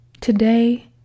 Today